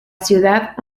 ciudad